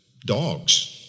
Dogs